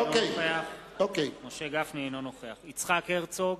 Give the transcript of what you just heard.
אינו נוכח יצחק הרצוג